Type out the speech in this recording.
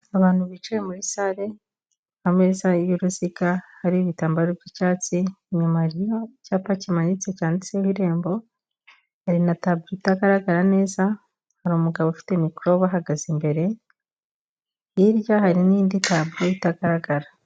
Abantu bicaye muri sale, ameza y'uruziga hariho ibitambaro by'icyatsi, inyuma hariho icyapa kimanitse cyanditseho irembo, hari na taburo itagaragara neza, hari umugabo ufite mikoro abahagaze imbere, hirya hari n'indi taburo itagaragara.